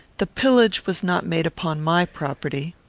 the pillage was not made upon my property.